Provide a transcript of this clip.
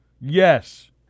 Yes